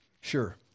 Sure